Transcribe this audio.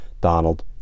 Donald